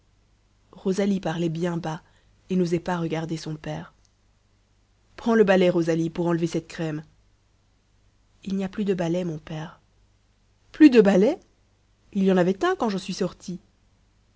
rosalie parlait bien has et n'osait pas regarder son père prends le balai rosalie pour enlever cette crème il n'y a plus de balai mon père plus de balai il y en avait un quand je suis sorti